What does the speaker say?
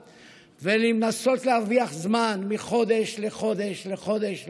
ולנסות להרוויח זמן מחודש לחודש לחודש לחודש?